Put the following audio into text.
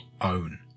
own